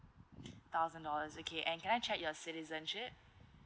thousand dollars okay and can I check your citizenship